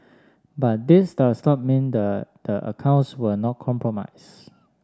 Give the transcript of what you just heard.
but this does not mean the the accounts were not compromised